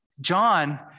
John